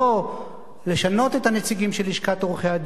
לשנות את הנציגים של לשכת עורכי-הדין,